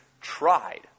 tried